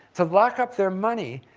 to lock up their money,